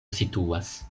situas